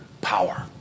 power